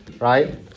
Right